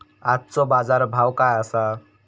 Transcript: आजचो बाजार भाव काय आसा?